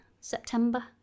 September